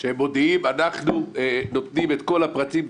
הם מודיעים: אנחנו נותנים את כל הפרטים,